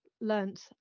learnt